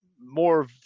more